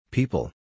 People